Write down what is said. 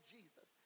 Jesus